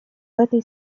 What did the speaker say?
этой